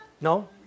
no